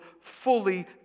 fully